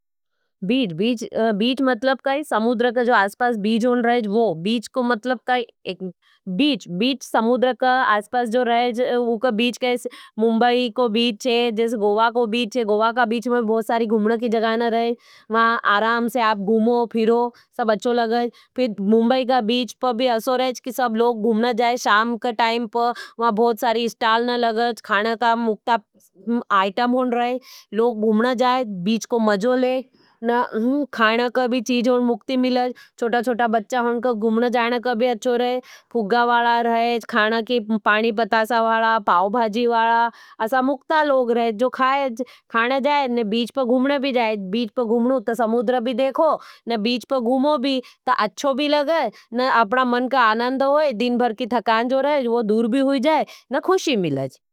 बीच मतलब काई, समुद्र का जो आसपास बीच होन रहेज, वो बीच को मतलब काई बीच, बीच समुद्र का आसपास जो रहेज। उका बीच कैसे मुंबाई को बीच है, जैसे गोवा को बीच है, गोवा का बीच में भोत सारी घुमन की जगाना रहे हैं आराम से आप घुमो, फिरो, सब अच्छो लगें। फिर मुंबाई का बीच पर भी अच्छो रहे हैं, कि सब लोग घुमन जाएं, शाम का टाइम पर बहुत सारी स्टाल नहीं लगें, खाना का मुक्ता आइटम होन रहें, लोग घुमन जाएं। बीच को मज़ो लें, खाना का भी चीज और मुक्ती मिलें, चोटा चोटा बच्चा होनका घुमन जाना कभी अच्छो रहें, फुग्गा वाला रहें, खाना की पानी पतासा व जाएं, न हीं खुशें मिलज।